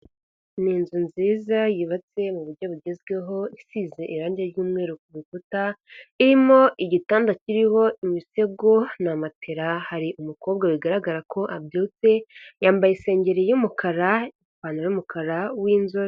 Ni inzu nziza yubatse mu buryo bugezweho, isize irangi ry'umweru ku rukuta irimo igitanda kiriho imisego na matera, hari umukobwa bigaragara ko abyutse yambaye isengeri y'umukara, ipantaro y'umukara, w'inzobe.